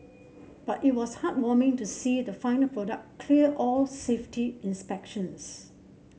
but it was heartwarming to see the final product clear all safety inspections